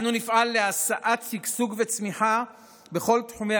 אנו נפעל להשאת שגשוג וצמיחה בכל תחומי